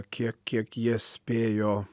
kiek kiek jie spėjo